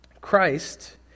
Christ